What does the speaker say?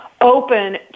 open